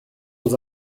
aux